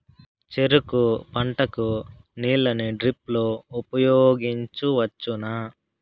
చెరుకు పంట కు నీళ్ళని డ్రిప్ లో ఉపయోగించువచ్చునా?